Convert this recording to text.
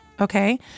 okay